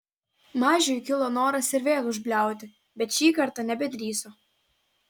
mažiui kilo noras ir vėl užbliauti bet šį kartą nebedrįso